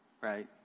right